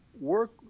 work